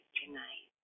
tonight